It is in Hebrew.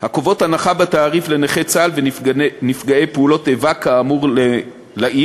הקובעות הנחה בתעריף לנכי צה"ל ונפגעי פעולות איבה כאמור לעיל,